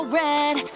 red